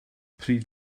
pryd